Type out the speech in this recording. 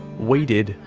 we did,